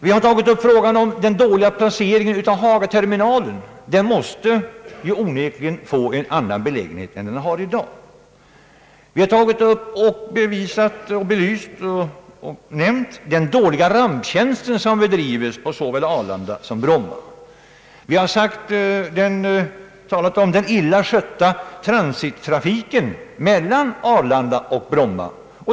Vi har tagit upp frågan om den dåliga placeringen av Hagaterminalen. Terminalen måste onekligen få ett annat läge än den har i dag. Vi har belyst den dåliga ramptjänst som bedrives på såväl Arlanda som Bromma. Vi har talat om den illa skötta transittrafiken mellan Arlanda och Bromma.